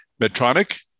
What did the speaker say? Medtronic